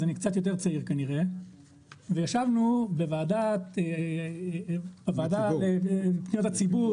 אני קצת יותר צעיר כנראה וישבנו בוועדה לפניות הציבור